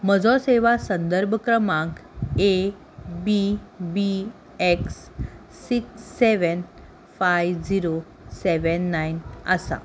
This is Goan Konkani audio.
म्हजो सेवा संदर्भ क्रमांक A B B X six seven five zero seven nine आसा